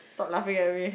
stop laughing at me